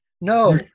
no